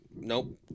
nope